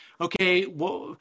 okay